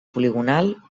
poligonal